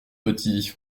petit